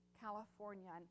California